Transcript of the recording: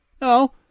no